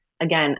again